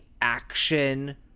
action